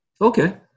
Okay